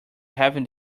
having